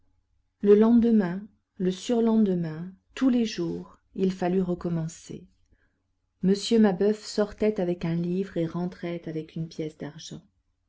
le lendemain le surlendemain tous les jours il fallut recommencer m mabeuf sortait avec un livre et rentrait avec une pièce d'argent